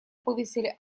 повысили